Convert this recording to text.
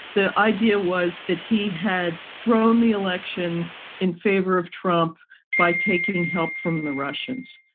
the idea was that he had thrown the election in favor of trump by taking help from the russians,